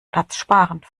platzsparend